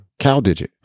CalDigit